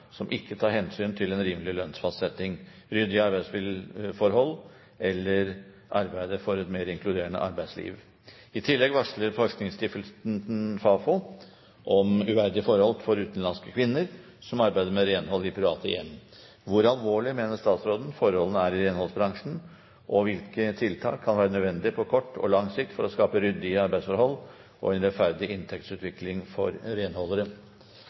som ikke tar hensyn til en rimelig lønnsfastsetting, ryddige arbeidsforhold eller arbeidet for et mer inkluderende arbeidsliv. I tillegg varsler også forskningsinstitusjonen Fafo om uverdige forhold for utenlandske kvinner som arbeider med renhold i private hjem. Det er sårbare mennesker på arbeidsmarkedet som lar seg utnytte av kyniske profitører. Hvordan har det seg at en bransje som er så viktig for oss alle, kan komme ut av kontroll? Jeg mener